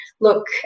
look